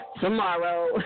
tomorrow